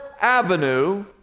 Avenue